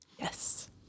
Yes